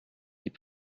est